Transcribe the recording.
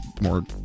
more